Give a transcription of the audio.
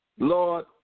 Lord